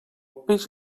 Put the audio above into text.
peix